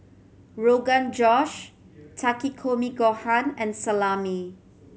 Rogan Josh Takikomi Gohan and Salami